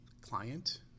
client